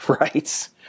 Right